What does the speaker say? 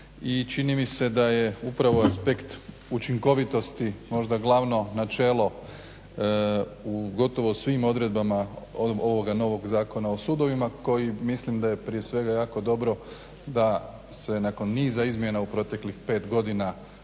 čini mi se da je upravo aspekt učinkovitosti možda glavno načelo u gotovo svim odredbama ovoga novog Zakona o sudovima koji mislim da je prije svega jako dobro da se nakon niza izmjena u proteklih 5 godina išlo